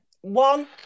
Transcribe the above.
one